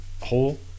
hole